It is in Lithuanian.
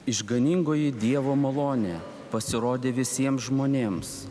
išganingoji dievo malonė pasirodė visiems žmonėms